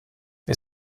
wir